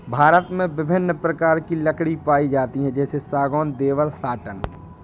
भारत में विभिन्न प्रकार की लकड़ी पाई जाती है जैसे सागौन, देवदार, साटन